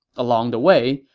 along the way,